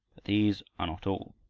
these are not all.